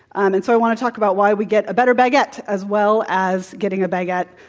and so, i want to talk about why we get a better baguette as well as getting a baguette